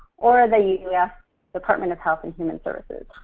or the us department of health and human services.